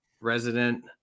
resident